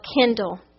Kindle